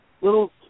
little